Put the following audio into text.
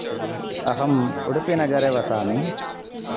अहं उडुपीनगरे वसामि